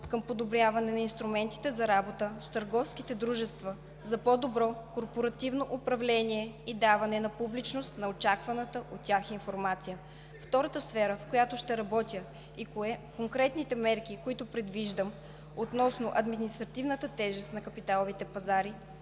към подобряване на инструментите за работа с търговските дружества за по-добро корпоративно управление и даване на публичност на очакваната от тях информация. Втората сфера, в която ще работя, и конкретните мерки, които предвиждам относно административната тежест на капиталовите пазари,